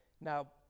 Now